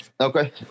okay